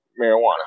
marijuana